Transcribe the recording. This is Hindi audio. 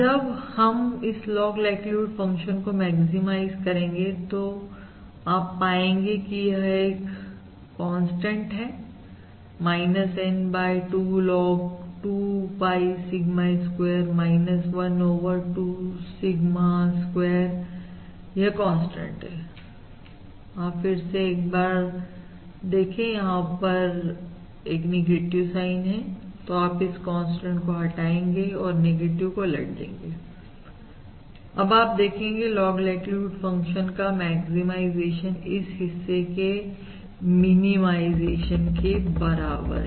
पर जब हम इस लॉग लाइक्लीहुड फंक्शन को मैक्सिमाइज करेंगे आप पाएंगे कि यह एक कांस्टेंट है N by two log 2 pi sigma square 1 over 2 sigma a square यह कांस्टेंट है आप फिर से एक बार देखें यहां पर एक नेगेटिव साइन है तो आप इस कांस्टेंट को हटाएंगे और नेगेटिव को उलट देंगे अब आप देखेंगे लॉग लाइक्लीहुड फंक्शन का मैक्सीमाइजेशन इस हिस्से के मिनिमाइजेशन के बराबर है